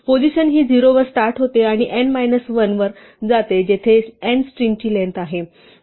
position ही 0 वर start होते आणि n मायनस 1 वर जाते जेथे n स्ट्रिंगची लेंग्थ असते